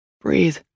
Breathe